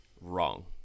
Wrong